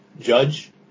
Judge